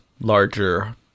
larger